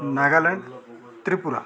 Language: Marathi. नागालँड त्रिपुरा